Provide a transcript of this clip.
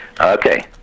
Okay